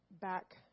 back